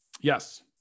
Yes